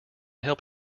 help